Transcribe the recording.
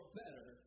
better